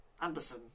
Anderson